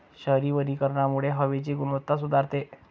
शहरी वनीकरणामुळे हवेची गुणवत्ता सुधारते